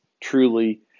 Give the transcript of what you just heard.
truly